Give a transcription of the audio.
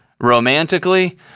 romantically